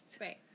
Right